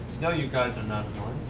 no, you guys are not annoying.